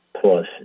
plus